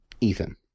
Ethan